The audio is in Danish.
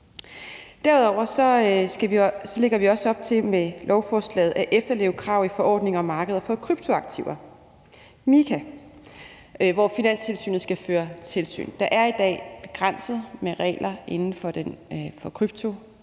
Derudover lægger vi også op til med lovforslaget at efterleve krav i forordningen om markeder for kryptoaktiver, MiCA, hvor Finanstilsynet skal føre tilsyn. Der er i dag begrænset med regler inden for kryptoverdenen,